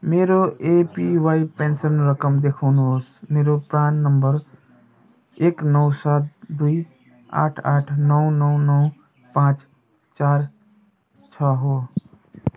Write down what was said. मेरो APY pension रकम देखाउनुहोस् मेरो प्रान नम्बर एक नौ सात दुई आठ आठ नौ नौ नौ पाँच चार छ हो